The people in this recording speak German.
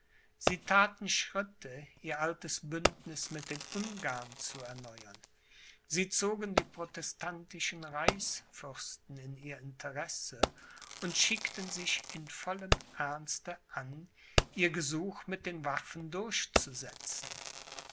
sie thaten schritte ihr altes bündniß mit den ungarn zu erneuern sie zogen die protestantischen reichsfürsten in ihr interesse und schickten sich in vollem ernste an ihr gesuch mit den waffen durchzusetzen